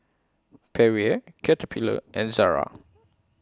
Perrier Caterpillar and Zara